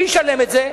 מי ישלם את זה?